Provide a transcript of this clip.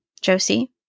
Josie